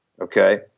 Okay